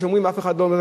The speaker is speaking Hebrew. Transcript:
אף אחד לא,